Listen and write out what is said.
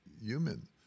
Human